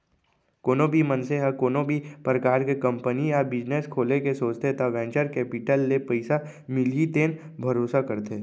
कोनो भी मनसे ह कोनो भी परकार के कंपनी या बिजनेस खोले के सोचथे त वेंचर केपिटल ले पइसा मिलही तेन भरोसा करथे